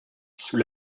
sous